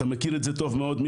אתה מכיר את זה טוב מיכאל,